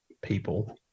people